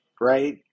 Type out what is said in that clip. Right